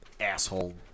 asshole